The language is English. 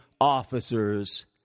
officers